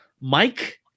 Mike